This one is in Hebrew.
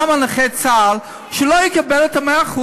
למה נכה צה"ל לא יקבל את ה-100%,